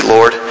Lord